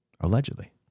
allegedly